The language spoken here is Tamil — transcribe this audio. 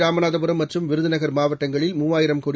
ராமநாதபுரம் மற்றும் விருதுநகர் மாவட்டங்களில் மூவாயிரம் கோடி